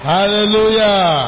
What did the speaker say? Hallelujah